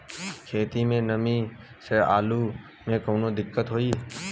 खेत मे नमी स आलू मे कऊनो दिक्कत होई?